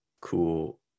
cool